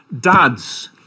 Dads